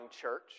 church